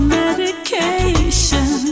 medication